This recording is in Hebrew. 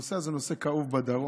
הנושא הזה הוא נושא כאוב בדרום.